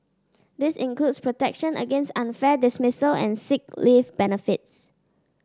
this includes protection against unfair dismissal and sick leave benefits